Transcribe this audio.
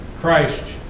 Christ